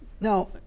Now